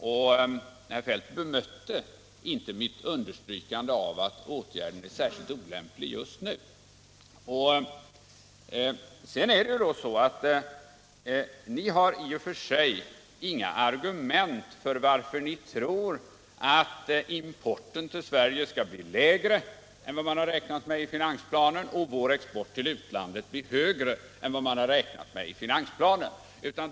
Och herr Feldt bemötte inte mitt understrykande av att åtgärden är särskilt olämplig just nu. Ni har i och för sig inga argument för er tro att importen till Sverige kommer att bli lägre och vår export till utlandet högre än vad man räknat med i finansplanen.